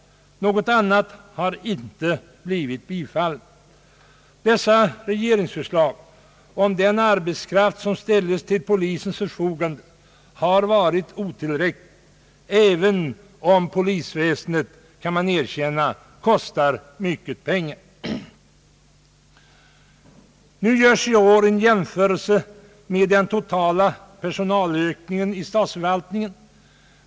Något annat har inte blivit bifallet. Regeringsförslagen om den arbetskraft som ställs till polisens förfogande har varit otillräckliga, även om man måste erkänna att polisväsendet kostar mycket pengar. I år görs nu en jämförelse med den totala personalökningen i statsförvaltningen.